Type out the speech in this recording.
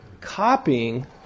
copying